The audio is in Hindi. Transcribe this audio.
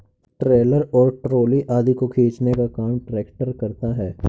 ट्रैलर और ट्राली आदि को खींचने का काम ट्रेक्टर करता है